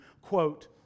quote